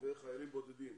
וחיילים בודדים.